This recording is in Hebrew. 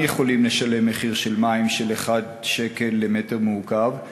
יכולים לשלם מחיר מים של 1 שקל למטר מעוקב,